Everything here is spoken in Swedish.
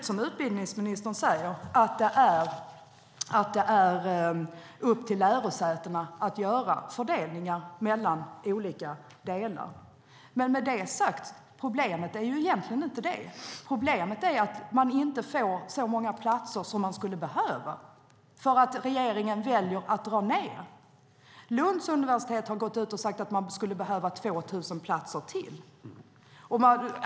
Som utbildningsministern säger är det upp till lärosätena att göra fördelningar mellan olika delar. Men problemet är egentligen inte det. Problemet är att man inte får så många platser som man skulle behöva därför att regeringen väljer att dra ned. Lunds universitet har gått ut och sagt att man skulle behöva 2 000 platser till.